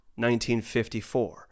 1954